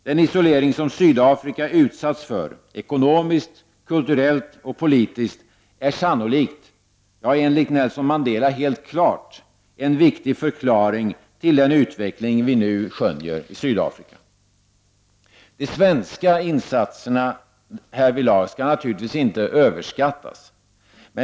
Den isolering som Sydafrika utsatts för ekonomiskt, kulturellt och politiskt är sannolikt — ja, enligt Nelson Mandela helt klart — en viktig förklaring till den utveckling vi nu skönjer i Sydafrika. De svenska insatserna härvidlag skall naturligtvis inte överskattas.